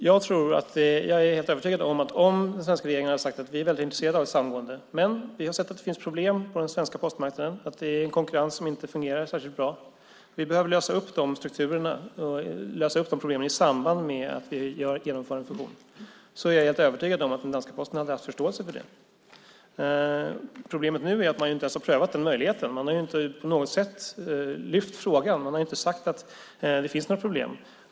Fru talman! Jag är helt övertygad om att om den svenska regeringen hade sagt att vi är väldigt intresserade av ett samgående, men vi har sett att det finns problem på den svenska postmarknaden, att konkurrensen inte fungerar särskilt bra, att vi behöver lösa upp de strukturerna och lösa de problemen i samband med ett genomförande så hade den danska Posten hade haft förståelse för det. Problemet nu är att man inte ens har prövat den möjligheten. Man har inte på något sätt lyft frågan. Man har inte sagt att det finns några problem.